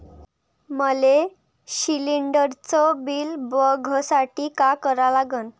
मले शिलिंडरचं बिल बघसाठी का करा लागन?